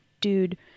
Dude